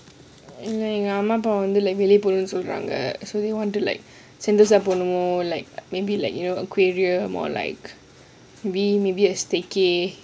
அம்மா அப்பா வெளிய போனும்னு சொல்றாங்க:amma appa weliya ponumnu solraanga like sentosa broad walk like maybe like you know aquarium or like maybe a staycay